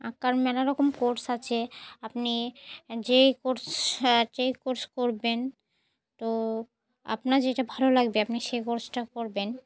আঁকার মেলারকম কোর্স আছে আপনি যে কোর্স যে কোর্স করবেন তো আপনার যেটা ভালো লাগবে আপনি সেই কোর্সটা করবেন